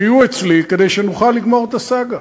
שיהיו אצלי, כדי שנוכל לגמור את הסאגה.